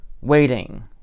Waiting